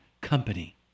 company